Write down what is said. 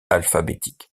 alphabétique